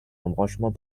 embranchement